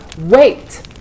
Wait